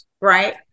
right